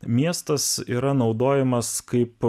miestas yra naudojamas kaip